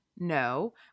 No